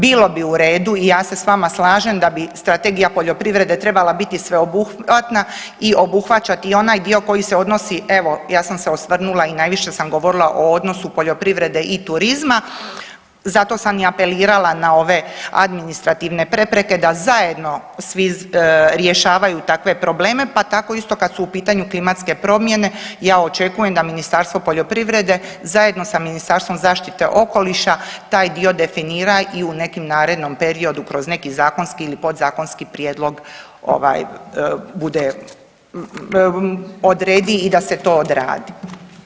Bilo bi u redu i ja se s vama slažem da bi Strategija poljoprivrede trebala biti sveobuhvatna i obuhvaćati i onaj dio koji se odnosi evo ja sam osvrnula i najviše sam govorila o odnosu poljoprivrede i turizma, zato sam i apelirala na ove administrativne prepreke da zajedno svi rješavaju takve probleme, pa tako isto kad su u pitanju klimatske promjene ja očekujem da Ministarstvo poljoprivrede zajedno sa Ministarstvom zaštite okoliša taj dio definira i u nekom narednom periodu kroz neki zakonski ili podzakonski prijedlog odredi i da se to odradi.